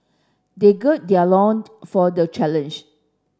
they gird their loins for the challenge